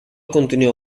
continua